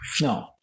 no